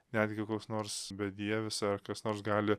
netgi koks nors bedievis ar kas nors gali